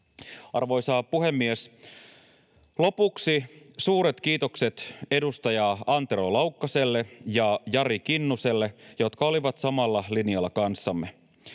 Arvoisa puhemies! Lopuksi suuret kiitokset edustaja Antero Laukkaselle ja edustaja Jari Kinnuselle, jotka olivat samalla linjalla kanssamme.